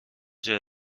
جـر